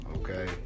Okay